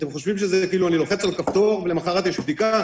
אתם חושבים שכאילו אני לוחץ על כפתור ולמוחרת יש בדיקה.